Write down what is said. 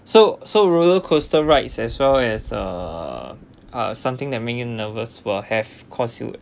so so roller coaster rides as well as uh uh something that makes you nervous will have caused you